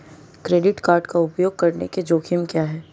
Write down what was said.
Credit card का उपयोग करने के जोखिम क्या हैं?